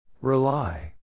Rely